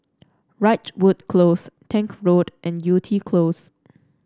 Ridgewood Close Tank Road and Yew Tee Close